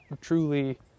truly